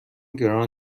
گران